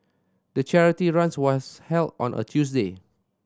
the charity runs was held on a Tuesday